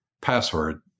password